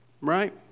Right